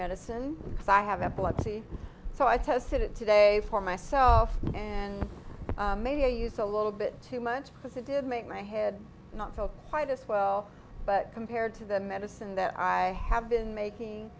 medicine because i have epilepsy so i tested it today for myself and maybe i use a little bit too much because it did make my head not felt quite as well but compared to the medicine that i have been making